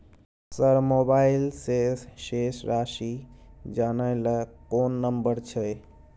Sir mobile से शेस राशि जानय ल कोन नंबर छै?